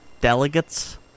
delegates